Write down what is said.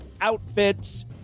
outfits